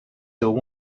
till